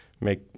make